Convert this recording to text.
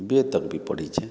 ବି A ତକ୍ ବି ପଢ଼ିଛେ